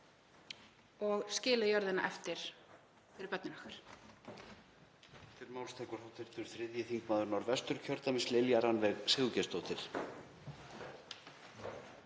og skilið jörðina eftir fyrir börnin okkar.